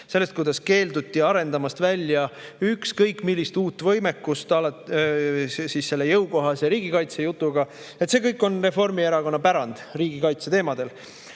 sellest, kuidas keelduti arendamast välja ükskõik millist uut võimekust selle jõukohase riigikaitse jutuga. See kõik on Reformierakonna pärand riigikaitse teemadel.